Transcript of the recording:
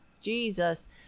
Jesus